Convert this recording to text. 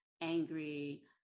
angry